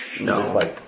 No